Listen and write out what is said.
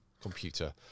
computer